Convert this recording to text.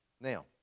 now